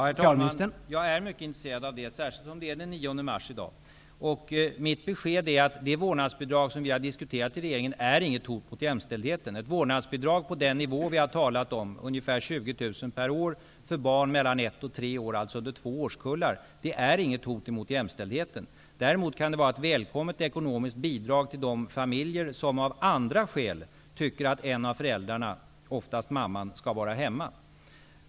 Herr talman! Jag är mycket intresserad av det, speciellt som det är den 9 mars i dag. Mitt besked är, att det vårdnadsbidrag som vi har diskuterat i regeringen inte är något hot mot jämställdheten. Ett vårdnadsbidrag på den nivå som vi har talat om -- ungefär 20 000 kr per år för barn mellan ett och tre års ålder, dvs. under två årskullar -- är inte något hot mot jämställdheten. Däremot kan det vara ett välkommet ekonomiskt bidrag till de familjer som av andra skäl tycker att en av föräldrarna, oftast mamman, skall vara hemma.